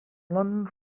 london